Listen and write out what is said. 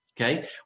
okay